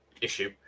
issue